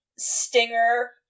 stinger